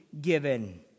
given